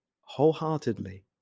wholeheartedly